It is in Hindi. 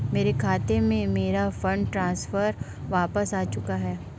मेरे खाते में, मेरा फंड ट्रांसफर वापस आ चुका है